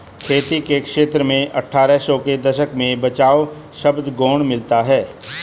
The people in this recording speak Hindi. खेती के क्षेत्र में अट्ठारह सौ के दशक में बचाव शब्द गौण मिलता है